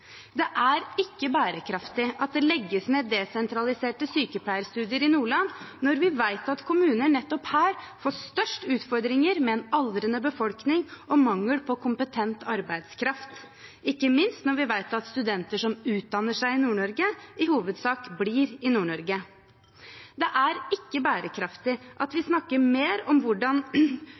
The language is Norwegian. Det er ikke bærekraftig at det legges ned desentraliserte sykepleiestudier i Nordland, når vi vet at kommuner nettopp her får størst utfordringer med en aldrende befolkning og mangel på kompetent arbeidskraft, og ikke minst når vi vet at studenter som utdanner seg i Nord-Norge, i hovedsak blir i Nord-Norge. Det er ikke bærekraftig at vi snakker mer om hvordan